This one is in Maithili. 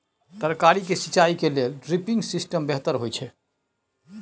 तरकारी के सिंचाई के लेल ड्रिपिंग सिस्टम बेहतर होए छै?